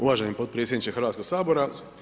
Uvaženi potpredsjedniče Hrvatskog sabora.